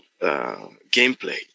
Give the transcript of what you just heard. gameplay